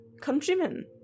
countrymen